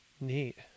Neat